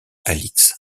alix